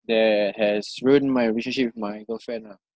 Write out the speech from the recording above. that has ruined my relationship with my girlfriend ah